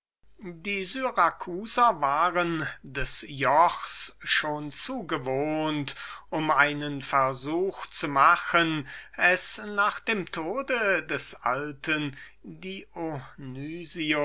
die syracusaner waren des jochs schon zu wohl gewohnt um einen versuch zu machen es nach dem tode des alten